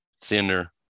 thinner